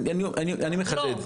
אני מחדד.